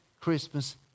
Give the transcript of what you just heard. Christmas